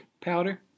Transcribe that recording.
powder